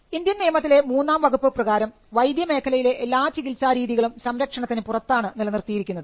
Indian നിയമത്തിലെ മൂന്നാം വകുപ്പ് പ്രകാരം വൈദ്യമേഖലയിലെ എല്ലാ ചികിത്സാരീതികളും സംരക്ഷണത്തിന് പുറത്താണ് നിലനിർത്തിയിരിക്കുന്നത്